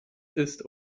ist